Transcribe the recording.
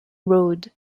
road